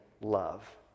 love